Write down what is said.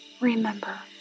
remember